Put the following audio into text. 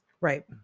Right